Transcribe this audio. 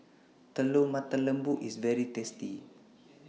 Telur Mata Lembu IS very tasty